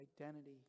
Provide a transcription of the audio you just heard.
identity